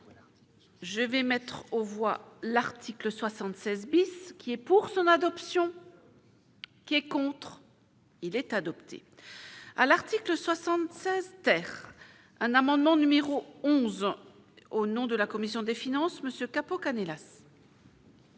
Je vais mettre aux voix l'article 76 bis qui est pour son adoption. Qui est contre. Il est adopté à l'article 76 terre un amendement numéro 11 au nom de la commission des finances monsieur Capo Canellas.